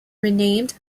renamed